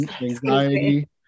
anxiety